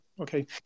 Okay